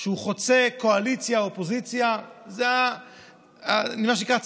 שהוא חוצה קואליציה אופוזיציה זה מה שנקרא צמ"יד,